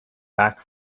back